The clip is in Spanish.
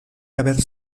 haber